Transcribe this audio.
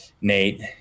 nate